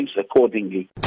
accordingly